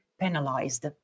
penalized